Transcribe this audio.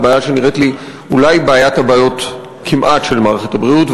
בעיה שנראית לי אולי בעיית-הבעיות כמעט של מערכת הבריאות,